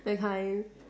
that time